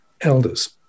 elders